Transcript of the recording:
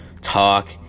talk